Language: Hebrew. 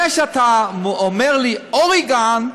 זה שאתה אומר לי: אורגון,